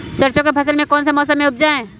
सरसों की फसल कौन से मौसम में उपजाए?